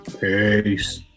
Peace